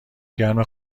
گرم